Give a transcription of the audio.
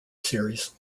series